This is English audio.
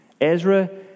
Ezra